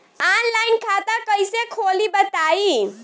Online खाता कइसे खोली बताई?